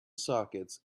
sockets